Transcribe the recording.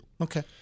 Okay